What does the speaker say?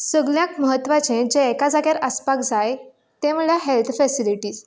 सगल्याक म्हत्वाचें जें एका जाग्यार आसपाक जाय तें म्हळ्यार हेल्थ फेसिलीटीस